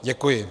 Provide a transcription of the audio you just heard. Děkuji.